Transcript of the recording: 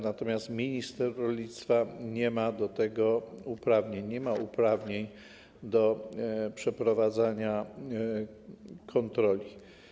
Natomiast minister rolnictwa nie ma do tego uprawnień, nie ma uprawnień do przeprowadzania kontroli.